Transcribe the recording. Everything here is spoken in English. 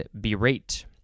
berate